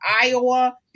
Iowa